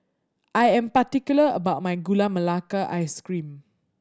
I am particular about my Gula Melaka Ice Cream